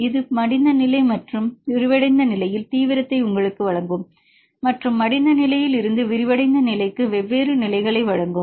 இது மடிந்த நிலை மற்றும் விரிவடைந்த நிலையில் தீவிரத்தை உங்களுக்கு வழங்கும் மற்றும் மடிந்த நிலையில் இருந்து விரிவடைந்த நிலைக்கு வெவ்வேறு நிலைகளை வழங்கும்